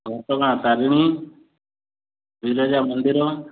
ଘଟଗାଁ ତାରିଣୀ ବିରଜା ମନ୍ଦିର